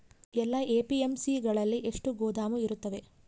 ಎಲ್ಲಾ ಎ.ಪಿ.ಎಮ್.ಸಿ ಗಳಲ್ಲಿ ಎಷ್ಟು ಗೋದಾಮು ಇರುತ್ತವೆ?